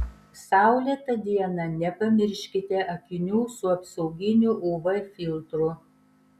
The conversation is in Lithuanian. saulėtą dieną nepamirškite akinių su apsauginiu uv filtru